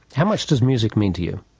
how much does music mean to you?